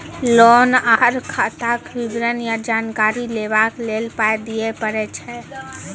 Loan आर खाताक विवरण या जानकारी लेबाक लेल पाय दिये पड़ै छै?